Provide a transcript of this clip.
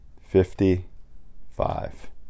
Fifty-five